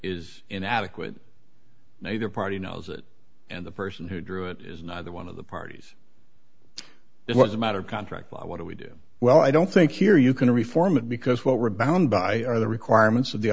is inadequate neither party knows it and the person who drew it is neither one of the parties it was a matter of contract law what do we do well i don't think here you can reform it because what we're bound by are the requirements of the